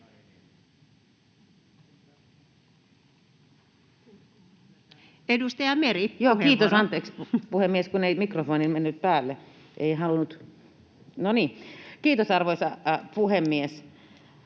Kiitos, arvoisa puhemies!